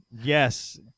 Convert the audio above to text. Yes